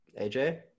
AJ